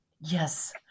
Yes